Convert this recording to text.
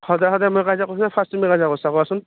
সদায় সদায় মই কাজ্যা কৰ্ছোঁ নে ফাৰ্ষ্ট তুমি কাজ্যা কৰ্ছা কোৱাচোন